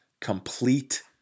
complete